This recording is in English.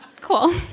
Cool